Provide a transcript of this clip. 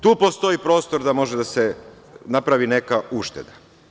Tu postoji prostor da može da se napravi neka ušteda.